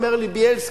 הוא אומר לי: בילסקי,